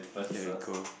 okay cool